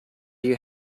you